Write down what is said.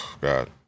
God